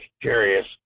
curious